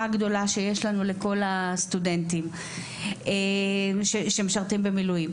הגדולה שיש לנו לכל הסטודנטים המשרתים במילואים.